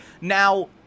Now